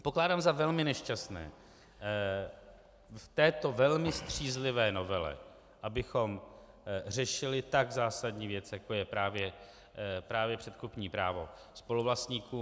Pokládám za velmi nešťastné v této velmi střízlivé novele, abychom řešili tak zásadní věc, jako je právě předkupní právo spoluvlastníků.